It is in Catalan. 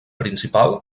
principal